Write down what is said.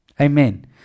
Amen